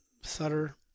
Sutter